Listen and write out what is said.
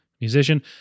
musician